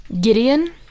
Gideon